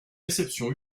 réceptions